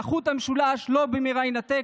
"והחוט המשולש לא במהרה ינתק".